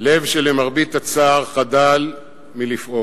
לב שלמרבית הצער חדל מלפעום,